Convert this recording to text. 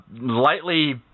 lightly